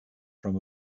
from